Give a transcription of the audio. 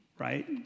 right